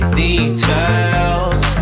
details